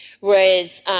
Whereas